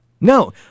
No